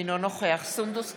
אינו נוכח סונדוס סאלח,